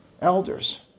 elders